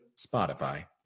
Spotify